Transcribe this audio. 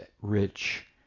rich